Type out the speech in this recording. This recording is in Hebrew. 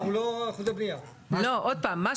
עכשיו, אם